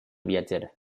viatger